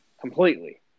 completely